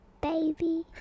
baby